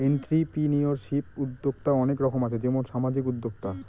entrepreneurship উদ্যক্তা অনেক রকম আছে যেমন সামাজিক উদ্যোক্তা